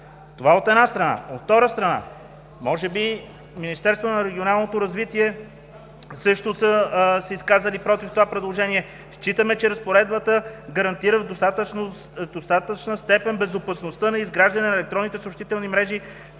Това, от една страна. От друга страна, може би Министерството на регионалното развитие и благоустройството също са се изказали против това предложение: „Считаме, че разпоредбата гарантира в достатъчна степен безопасността на изграждане на електронните съобщителни мрежи